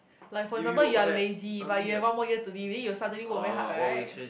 like for example you're lazy but you have one more year to live then you suddenly work very hard right